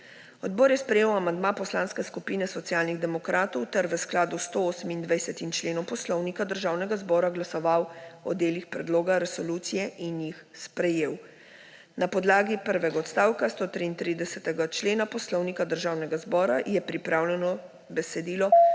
Odbor je sprejel amandma Poslanske skupine Socialnih demokratov ter v skladu s 128. členom Poslovnika Državnega zbora glasoval o delih predloga resolucije in jih sprejel. Na podlagi prvega odstavka 133. člena Poslovnika Državnega zbora je pripravljeno besedilo